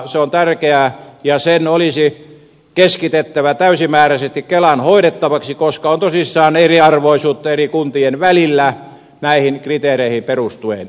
se on tärkeä ja se olisi keskitettävä täysimääräisesti kelan hoidettavaksi koska on tosissaan eriarvoisuutta eri kuntien välillä näihin kriteereihin perustuen